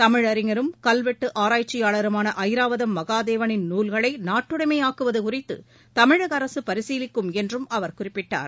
தமிழறிஞரும் கல்வெட்டு ஆராய்ச்சியாளருமான ஐராவதம் மகாதேவனின் நால்களை நாட்டுடமையாக்குவது குறித்து தமிழக அரசு பரிசீலிக்கும் என்றும் அவர் குறிப்பிட்டார்